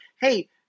hey